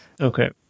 Okay